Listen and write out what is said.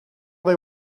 they